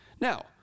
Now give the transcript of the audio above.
Now